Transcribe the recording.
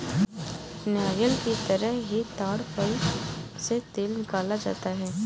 नारियल की तरह ही ताङ फल से तेल निकाला जाता है